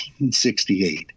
1968